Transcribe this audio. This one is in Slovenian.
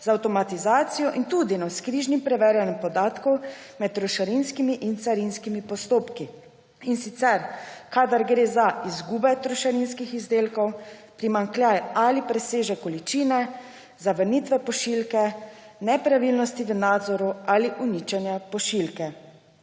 za avtomatizacijo in tudi navzkrižnim preverjanjem podatkov med trošarinskimi in carinskimi postopki, in sicer kadar gre za izgube trošarinskih izdelkov, primanjkljaj ali presežek količine, zavrnitve pošiljke, nepravilnosti v nadzoru ali uničenja pošiljke.